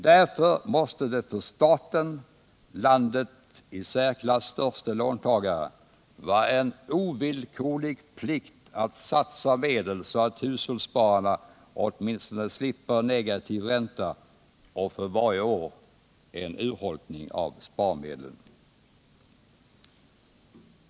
Därför måste det för staten — landets i särklass störste låntagare — vara en ovillkorlig plikt att satsa medel så att hushållsspararna åtminstone slipper negativ ränta och för varje år en urholkning av sparmedlen.